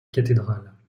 cathédrale